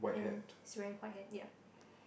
and he's wearing white hat yeah